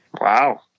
Wow